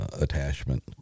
attachment